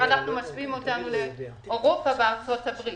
אנחנו משווים אותם לאירופה וארצות הברית.